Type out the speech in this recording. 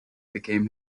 became